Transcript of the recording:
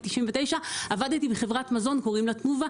99 עבדתי בחברת מזון קוראים לה תנובה,